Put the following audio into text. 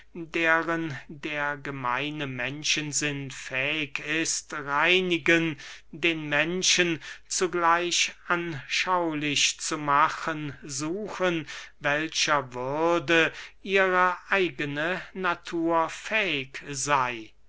deren der gemeine menschensinn fähig ist reinigen den menschen zugleich anschaulich zu machen suchen welcher würde ihre eigene natur fähig sey